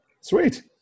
Sweet